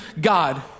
God